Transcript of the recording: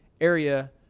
area